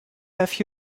have